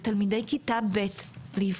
ברגע שהורה שלח כבר את הילד לאבחון,